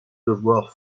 devoir